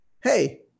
Hey